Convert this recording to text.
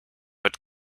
but